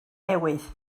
newydd